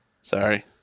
Sorry